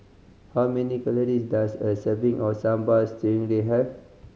how many calories does a serving of Sambal Stingray have